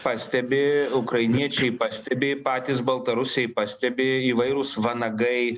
pastebi ukrainiečiai pastebi patys baltarusiai pastebi įvairūs vanagai